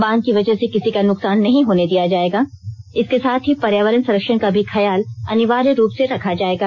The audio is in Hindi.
बांध की वजह से किसी का नुकसान नहीं होने दिया जाएगा इसके साथ ही पर्यावरण संरक्षण का भी ख्याल अनिवार्य रूप से रखा जाएगा